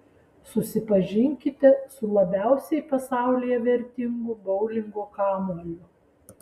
susipažinkite su labiausiai pasaulyje vertingu boulingo kamuoliu